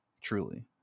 truly